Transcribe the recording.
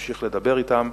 נמשיך לדבר אתם,